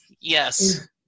Yes